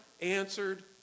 answered